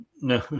no